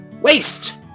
Waste